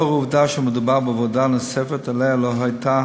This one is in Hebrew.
לאור העובדה שמדובר בעבודה נוספת, שעליה לא הייתה